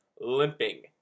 limping